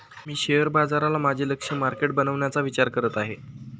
मी share बाजाराला माझे लक्ष्य मार्केट बनवण्याचा विचार करत आहे